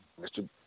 Mr